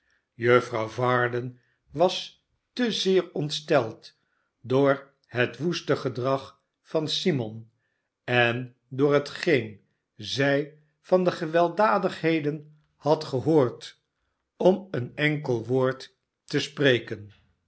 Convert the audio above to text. juffrouw varden was te zeer ontsteld door het woeste gedrag van simon en door hetgeen zij van de gewelddadigheden had gehoord barnaby rudge ii n ymt barnaby rudge om een enkel woord te spreken